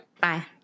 Bye